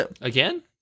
again